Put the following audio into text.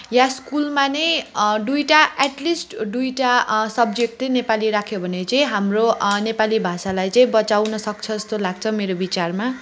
या स्कुलमा नै दुईवटा एटलिस्ट दुईवटा सब्जेक्ट चाहिँ नेपाली राख्यो भने चाहिँ हाम्रो नेपाली भाषालाई चाहिँ बचाउनसक्छ जस्तो लाग्छ मेरो विचारमा